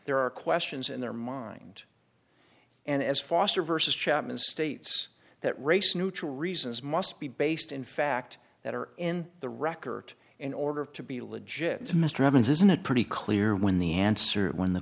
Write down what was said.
there are questions in their mind and as foster versus chapman states that race neutral reasons must be based in fact that are in the record in order to be legit to mr evans isn't it pretty clear when the answer when the